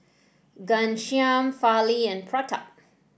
Ghanshyam Fali and Pratap